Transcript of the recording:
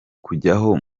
kujyaho